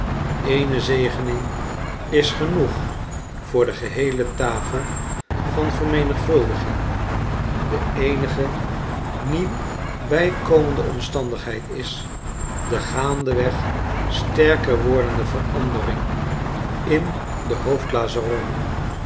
iene zegening is genoeg voor de geheele tafel van vermenigvuldiging de eenige nieuw bijkomende omstandigheid is de gaandeweg sterker wordende verandering in den